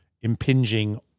impinging